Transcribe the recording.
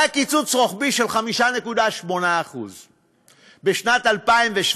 היה קיצוץ רוחבי של 5.8% בשנת 2017,